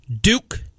Duke